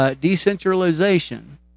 Decentralization